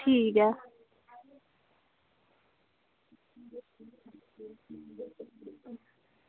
ठीक ऐ